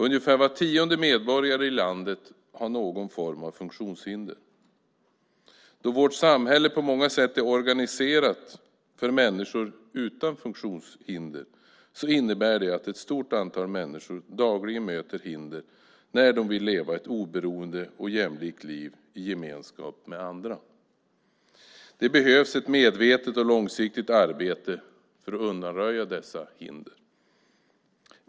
Ungefär var tionde medborgare i landet har någon form av funktionshinder. Då vårt samhälle på många sätt är organiserat för människor utan funktionshinder innebär det att ett stort antal människor dagligen möter hinder när de vill leva ett oberoende och jämlikt liv i gemenskap med andra. Det behövs ett medvetet och långsiktigt arbete för att undanröja dessa hinder.